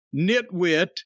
nitwit